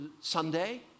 Sunday